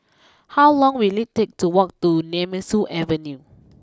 how long will it take to walk to Nemesu Avenue